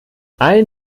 ein